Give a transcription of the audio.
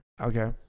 Okay